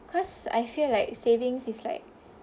cause I feel like savings is like